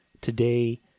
today